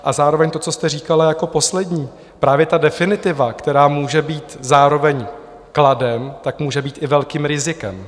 A zároveň to, co jste říkala jako poslední, právě ta definitiva, která může být zároveň kladem, tak může být i velkým rizikem.